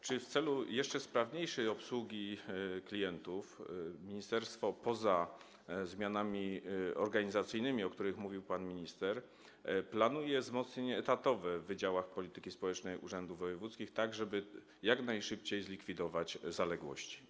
Czy w celu jeszcze sprawniejszej obsługi klientów ministerstwo poza zmianami organizacyjnymi, o których mówił pan minister, planuje wzmocnienie etatowe w wydziałach polityki społecznej urzędów wojewódzkich, tak żeby jak najszybciej odrobić zaległości?